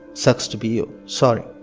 sucks to be you. sorry.